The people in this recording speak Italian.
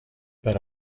per